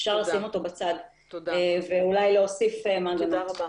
אפשר לשים אותו בצד ולא להוסיף מעגנות.